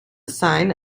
sine